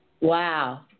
Wow